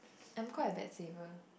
I'm quite a bad saver